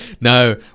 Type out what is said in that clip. No